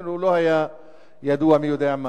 בשבילנו הוא לא היה ידוע מי יודע מה.